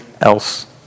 else